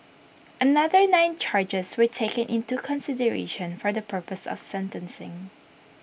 another nine charges were taken into consideration for the purpose of sentencing